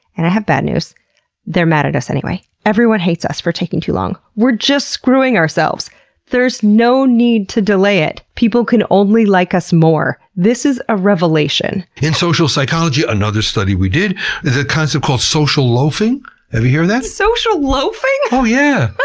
and i have bad news they're mad at us anyway. everyone hates us for taking too long. we're just screwing ourselves there's no need to delay it, people can only like us more. this is a revelation! in social psychology, another study we did, the concept called social loafing ever hear of that? social loafing? oh yeah,